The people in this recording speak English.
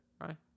right